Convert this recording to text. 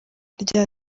rya